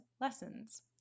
lessons